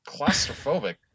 claustrophobic